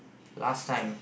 last time